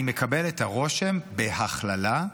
אני מקבל את הרושם, בהכללה,